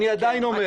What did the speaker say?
אני עדיין אומר.